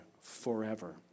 forever